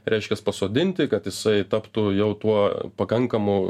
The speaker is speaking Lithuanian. reiškias pasodinti kad jisai taptų jau tuo pakankamu